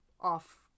off